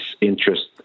interest